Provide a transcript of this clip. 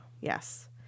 yes